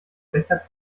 bechert